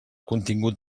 contingut